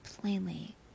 plainly